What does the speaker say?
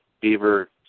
beaver